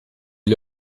gli